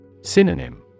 Synonym